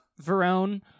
Verone